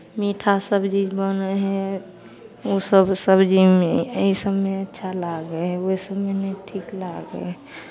मीठा सबजी बनै हइ ओसभ सबजीमे एहि सभमे अच्छा लागै हइ ओहि सभमे नहि ठीक लागै हइ